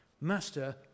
Master